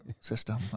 system